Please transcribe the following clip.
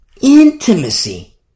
intimacy